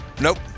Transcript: Nope